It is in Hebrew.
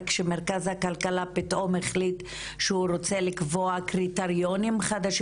רק במרכז הכלכלה פתאום החליט שהוא רוצה לקבוע קריטריונים חדשים,